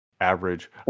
average